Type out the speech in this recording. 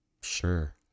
Sure